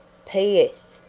p s.